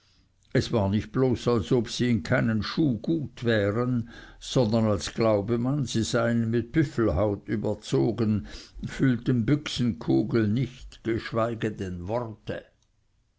es war nicht bloß als ob sie in keinen schuh gut wären sondern als glaube man sie seien mit büffelhaut überzogen fühlten büchsenkugeln nicht geschweige denn worte